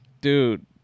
Dude